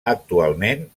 actualment